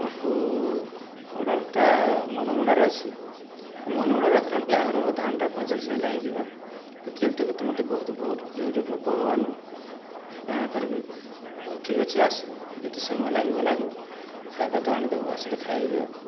ଓଃହୋ ଅର୍ଡ଼ରଟା ମନମୁଣ୍ଡାରେ ଅଛି ଆଉ ମନମୁଣ୍ଡାରୁ ଆସିଲାବେଳକେ ଆହୁରି ଅଧ ଘଣ୍ଟା ପଇଁଚାଳିଶି ମିନିଟ୍ ଲାଗିଯିବା ହେତକିବେଲ ତକ ତ ମତେ ବହୁତ ଜୋରରେ ଭୋକ ହବାନ କାଣା କରବି ହଉ ଠିକ୍ ଅଛେ ଆସୁ ଯେତେ ସମୟ ଲାଗିବ ଲାଗୁ ଖାଇବା ତ ଆଣିଦବ ଆସିଲେ ଖାଇବି ଆଉ